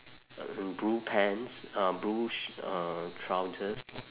and blue pants uh blue sh~ uh trousers